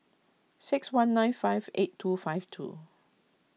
six one nine five eight two five two